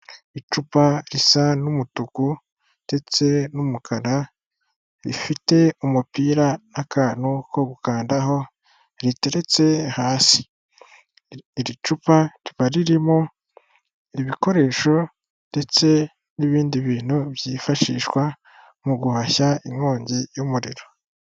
Icupa risa n'umutuku ndetse n'umukara, rifite umupira n'akantu ko gukandaho, riteretse hasi. Iri cupa riba ririmo ibikoresho ndetse n'ibindi bintu byifashishwa mu guhashya inkongi y'umuriro.